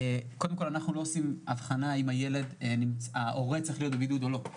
קודם כל אנחנו לא עושים אבחנה אם ההורה צריך להיות בבידוד או לא.